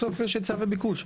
בסוף יש היצע וביקוש.